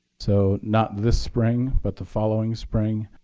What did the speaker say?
so not this spring but the following spring,